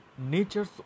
Nature's